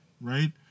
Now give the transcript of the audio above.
Right